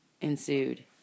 ensued